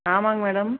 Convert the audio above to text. ஆமாம்ங்க மேடம்